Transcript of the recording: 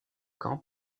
camp